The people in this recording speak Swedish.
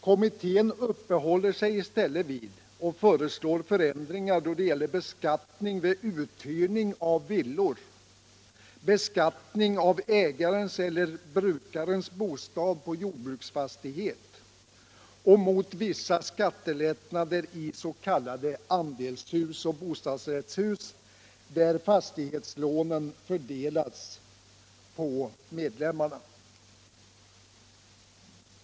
Kommittén uppehåller sig i stället vid och föreslår förändringar i beskattningen vid uthyrning av villor, i beskattningen av ägarens och brukarens bostad på jordbruksfastighet och i beskattningen av s.k. andelshus och bostadsrättshus, där fastighetslånen fördelats på medlemmarna.